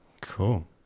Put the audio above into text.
Cool